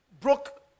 broke